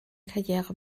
karriere